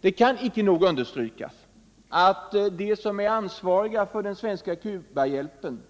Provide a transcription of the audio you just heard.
Det kan icke nog understrykas att de som är ansvariga för den svenska Cubahjälpen